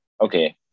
okay